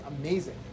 amazing